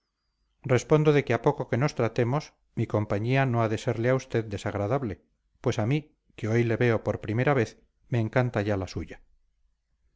respondo de que a poco que nos tratemos mi compañía no ha de serle a usted desagradable pues a mí que hoy le veo por primera vez me encanta ya la suya